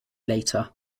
later